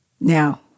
now